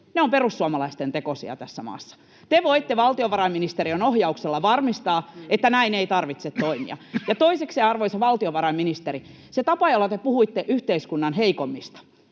ovat perussuomalaisten tekosia tässä maassa. Te voitte valtiovarainministeriön ohjauksella varmistaa, että näin ei tarvitse toimia. Ja toiseksi, arvoisa valtiovarainministeri, se tapa, jolla te puhuitte yhteiskunnan heikoimmista